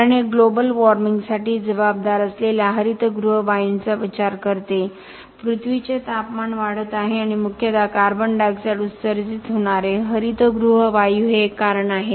कारण हे ग्लोबल वार्मिंगसाठी जबाबदार असलेल्या हरितगृह वायूंचा विचार करते पृथ्वीचे तापमान वाढत आहे आणि मुख्यतः कार्बन डायऑक्साइड उत्सर्जित होणारे हरितगृह वायू हे एक कारण आहे